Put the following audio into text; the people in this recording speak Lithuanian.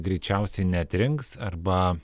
greičiausiai neatrinks arba